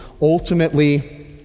ultimately